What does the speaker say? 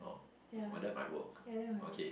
yeah yeah that might work